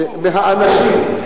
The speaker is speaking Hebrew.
שמהאנשים,